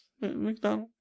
McDonald